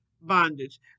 bondage